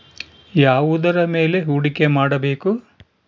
ಯಾವುದರ ಮೇಲೆ ಹೂಡಿಕೆ ಮಾಡಬೇಕು?